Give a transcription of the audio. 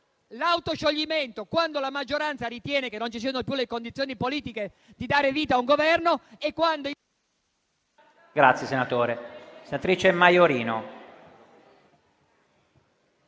l'autoscioglimento, quando la maggioranza ritiene che non ci siano più le condizioni politiche per dare vita a un Governo, e quando...